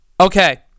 Okay